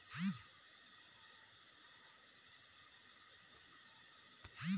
किसान मन फसल अउ बन के चिन्हारी नई कयर सकय त ओला नींदे घलो नई